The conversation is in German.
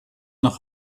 nach